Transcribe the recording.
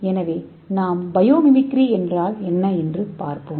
எனவே பயோமிமிக்ரி என்றால் என்ன என்று பார்ப்போம்